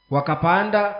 Wakapanda